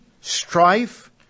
strife